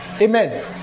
Amen